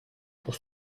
pour